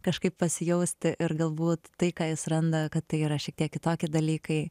kažkaip pasijausti ir galbūt tai ką jis randa kad tai yra šiek tiek kitokie dalykai